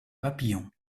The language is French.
papillons